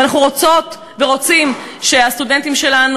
אנחנו רוצות ורוצים שהסטודנטים שלנו,